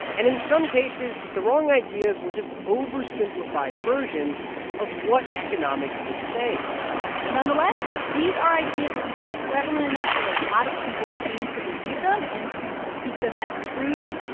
and in some cases, the wrong ideas were just oversimplified versions of what economics was saying nonetheless, these are ideas that have been prevalent enough that a lot of people came to believe them and to speak them as truths.